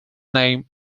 name